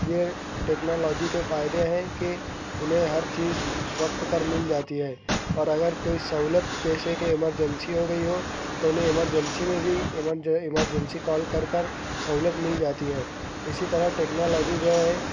یہ ٹیکنالوجی کے فائدے ہیں کہ انہیں ہر چیز وقت ہر مل جاتی ہے اور اگر کوئی سہولت جیسے کہ ایمرجنسی ہو گئی ہو تو انہیں ایمرجنسی میں بھی ایمرجنسی کال کر کر سہولت مل جاتی ہے اسی طرح ٹیکنالوجی جو ہے